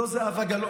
זו זהבה גלאון?